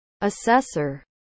Assessor